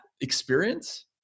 experience